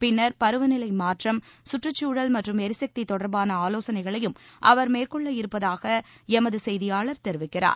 பின்னர் பருவநிலை மாற்றம் கற்றுச்சூழல் மற்றும் எரிசக்தி தொடர்பாள ஆலோசனைகளையும் அவர் மேற்கொள்ள இருப்பதாக எமது செய்தியாளர் தெரிவிக்கிறார்